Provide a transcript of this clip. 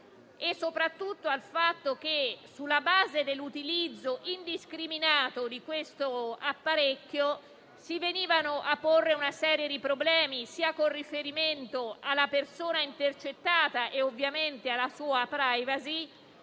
e soprattutto al fatto che, sulla base dell'utilizzo indiscriminato di questo apparecchio, si venivano a porre una serie di problemi, sia con riferimento alla persona intercettata (e ovviamente alla sua *privacy*)